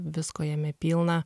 visko jame pilna